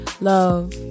love